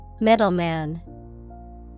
Middleman